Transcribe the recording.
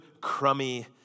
crummy